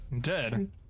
dead